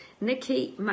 Nikki